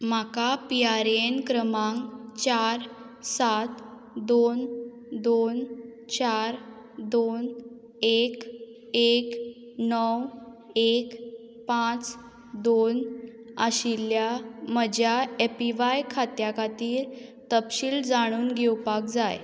म्हाका पीआरएएन क्रमांक चार सात दोन दोन चार दोन एक एक णव एक पांच दोन आशिल्ल्या म्हज्या एपीव्हाय खात्या खातीर तपशील जाणून घेवपाक जाय